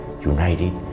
united